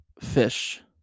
fish